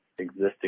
Existing